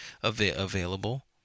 available